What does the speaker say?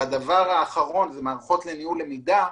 דבר אחד זה מערכות לניהול למידה,